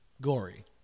gory